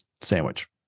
sandwich